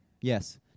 Yes